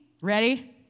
Ready